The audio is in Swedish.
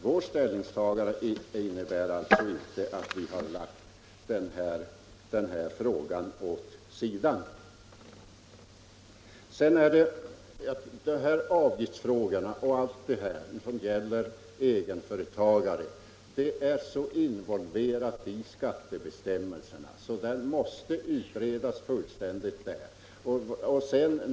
Vårt ställningstagande innebär alltså inte att vi har lagt frågan åt sidan. Alla de frågor som gäller egenföretagare är så involverade i skattebestämmelserna att de först måste utredas fullständigt.